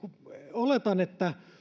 oletan että